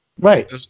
Right